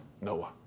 Noah